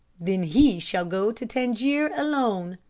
then he shall go to tangier alone.